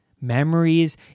memories